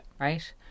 Right